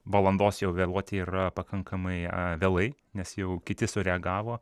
valandos jau vėluoti yra pakankamai vėlai nes jau kiti sureagavo